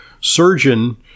Surgeon